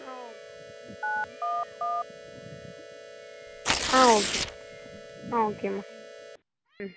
ஆ okay ஆ ஓகேம்மா ஆ ஓகேம்மா ம்